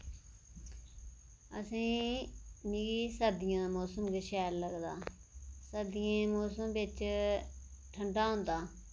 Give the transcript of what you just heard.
असें मी सर्दियें दा मौसम किश शैल लगदा सर्दियें मौसम बिच ठंडा होंदा